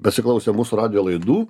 pasiklausę mūsų radijo laidų